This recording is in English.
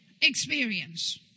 experience